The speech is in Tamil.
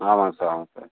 ஆமாம் சார் ஆமாம் சார்